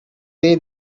they